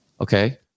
okay